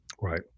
Right